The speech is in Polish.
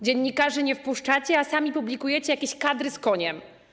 Dziennikarzy nie wpuszczacie, a sami publikujecie jakieś kadry z koniem.